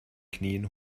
knien